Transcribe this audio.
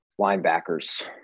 linebackers